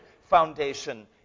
foundation